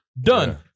Done